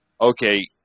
okay